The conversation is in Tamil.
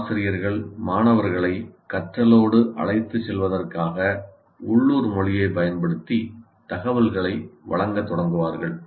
சில ஆசிரியர்கள் மாணவர்களை கற்றலோடு அழைத்துச் செல்வதற்காக உள்ளூர் மொழியைப் பயன்படுத்தி தகவல்களை வழங்கத் தொடங்குவார்கள்